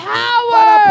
power